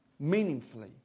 Meaningfully